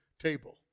table